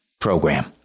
program